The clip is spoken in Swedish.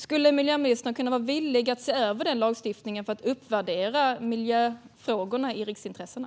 Skulle miljöministern kunna vara villig att se över lagstiftningen för att uppvärdera miljöfrågorna i riksintressena?